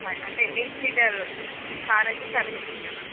అంటే eight seater car అయితే సరిపోతుంది కదా మ్యామ్